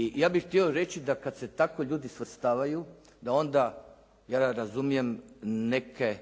I ja bih htio reći da kad se tako ljudi svrstavaju, da onda, ja razumijem neke